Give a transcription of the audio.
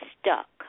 stuck